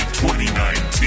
2019